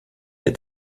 der